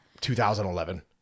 2011